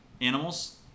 animals